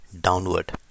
downward